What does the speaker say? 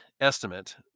estimate